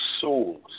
souls